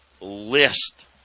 list